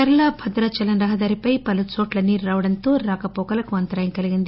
చర్ల భద్రాచలం రహదారిపై పలు చోట్ల నీరు రావడంతో రాకవోకలకు అంతరాయం కలిగింది